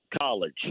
college